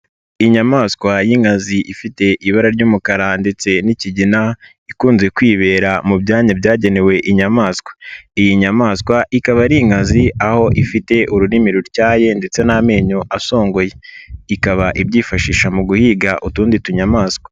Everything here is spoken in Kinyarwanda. Inyamaswa y'inkazi ifite ibara ry'umukara ndetse n'ikigina ikunze kwibera mu byanya byagenewe inyamaswa. Iyi nyamaswa ikaba ari inkazi aho ifite ururimi rutyaye ndetse n'amenyo asongoye. Ikaba ibyifashisha mu guhiga utundi tunyamaswa.